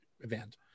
event